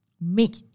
Make